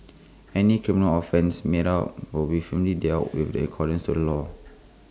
any criminal offence made out will be firmly dealt with the accordance to law